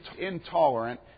intolerant